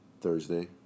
Thursday